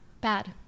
Bad